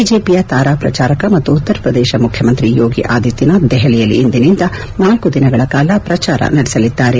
ಬಿಜೆಪಿಯ ತಾರಾ ಪ್ರಚಾರಕ ಮತ್ತು ಉತ್ತರ ಪ್ರದೇಶ ಮುಖ್ಯಮಂತ್ರಿ ಯೋಗಿ ಆದಿತ್ನನಾಥ್ ದೆಹಲಿಯಲ್ಲಿ ಇಂದಿನಿಂದ ನಾಲ್ಲು ದಿನಗಳ ಕಾಲ ಪ್ರಚಾರ ನಡೆಸಲಿದ್ದಾರೆ